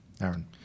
Aaron